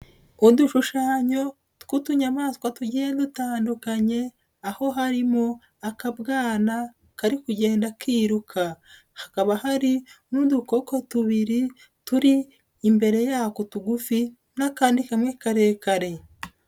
Udushushanyo tw'utunnyamaswa tugiye dutandukanye aho harimo akabwana kari kugenda kiruka, hakaba hari n'udukoko tubiri turi imbere yako tugufi n'akandi kamwe karekare.